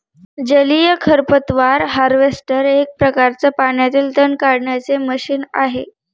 जलीय खरपतवार हार्वेस्टर एक प्रकारच पाण्यातील तण काढण्याचे मशीन आहे